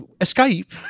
Escape